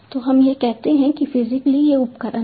तो हम यह कहते हैं कि फिजिकली ये उपकरण हैं